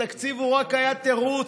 התקציב הוא רק היה תירוץ,